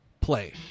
play